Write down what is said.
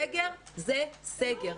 סגר זה סגר.